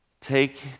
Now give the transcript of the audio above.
take